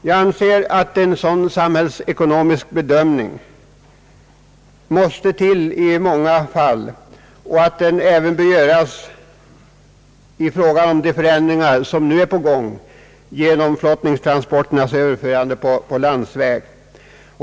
Jag anser att det i många fall fordras en sådan samhällsbedömning och att den även bör göras i fråga om de förändringar som nu är aktuella genom flottningstransporternas överförande = till landsväg.